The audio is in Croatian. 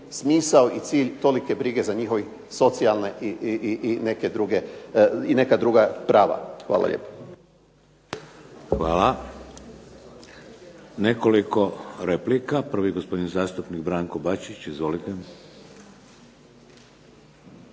smisao i cilj tolike brige za njihove socijalne i neka druga prava. Hvala lijepo. **Šeks, Vladimir (HDZ)** Hvala. Nekoliko replika. Prvi gospodin zastupnik Branko Bačić. Izvolite.